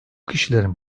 kişilerin